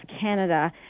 Canada